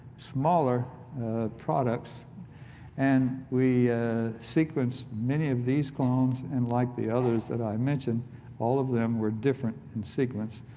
smaller products and we sequenced many of these clones and like the others that i mentioned all of them were different in sequence,